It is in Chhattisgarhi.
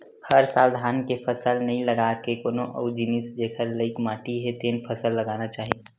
हर साल धान के फसल नइ लगा के कोनो अउ जिनिस जेखर लइक माटी हे तेन फसल लगाना चाही